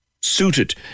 suited